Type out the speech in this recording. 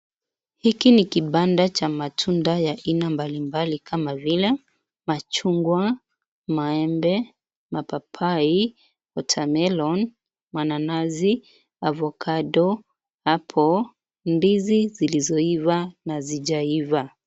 Hiki ni kibanda cha matunda ya aina mbalimbali, kama vile, machungwa, maembe, mapapai, watermelon , mananasi, avocado , apple , ndizi zilizoiva na zijaiva.